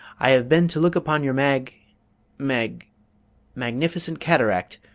i have been to look upon your mag mag magnificent cataract,